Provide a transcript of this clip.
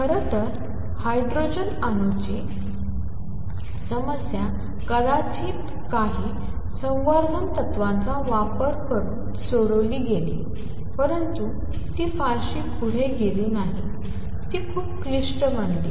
खरं तर हायड्रोजन अणूची समस्या कदाचित काही संवर्धन तत्त्वांचा वापर करून सोडवली गेली परंतु ती फारशी पुढे गेली नाही ती खूप क्लिष्ट बनली